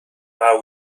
are